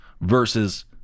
versus